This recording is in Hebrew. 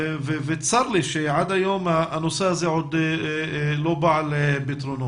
צר לי שעד היום הנושא הזה עוד לא בא על פתרונו.